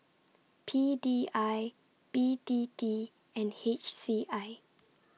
P D I B T T and H C I